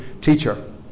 teacher